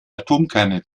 atomkerne